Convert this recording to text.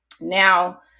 Now